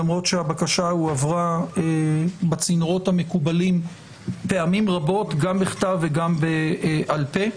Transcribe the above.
למרות שהבקשה הועברה בצינורות המקובלים פעמים רבות גם בכתב וגם בעל פה.